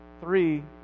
Three